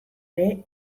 ere